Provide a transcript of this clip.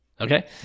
Okay